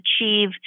achieve